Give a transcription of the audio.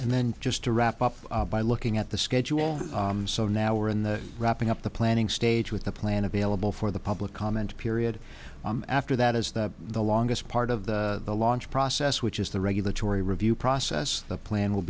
and then just to wrap up by looking at the schedule so now we're in the wrapping up the planning stage with the plan available for the public comment period after that is that the longest part of the launch process which is the regulatory review process the plan will